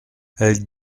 elles